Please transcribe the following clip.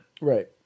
Right